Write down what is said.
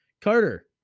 Carter